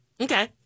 Okay